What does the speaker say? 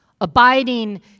Abiding